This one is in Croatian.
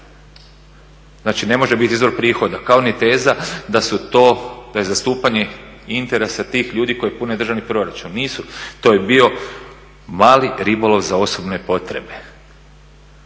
Znači ne može biti izvor prihoda kao ni teza da je zastupanje interesa tih ljudi koji pune državni proračun. To je bio mali ribolov za osobne potrebe.